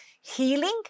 healing